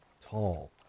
tall